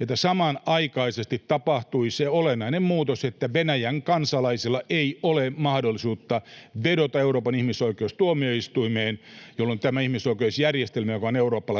että samanaikaisesti tapahtui se olennainen muutos, että Venäjän kansalaisilla ei ole mahdollisuutta vedota Euroopan ihmisoikeustuomioistuimeen, jolloin tämä ihmisoikeusjärjestelmä, joka on Euroopan laajuinen,